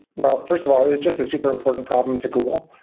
well first of all, it was just a super important problem to google.